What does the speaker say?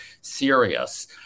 serious